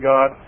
God